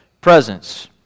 presence